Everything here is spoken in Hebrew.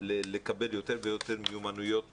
לקבל יותר ויותר מיומנויות